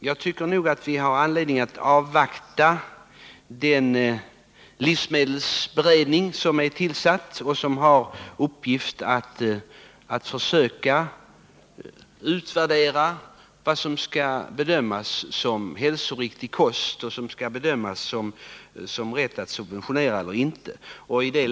Jag tycker att vi har anledning att avvakta den livsmedelsberedning som är tillsatt och som har till uppgift att försöka utvärdera vad som skall bedömas som hälsoriktig kost, dvs. vad som skall ha rätt till subventioner och vad som inte skall ha det.